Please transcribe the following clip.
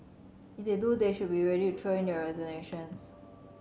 if they do they should be ready to throw in their resignations